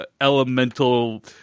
elemental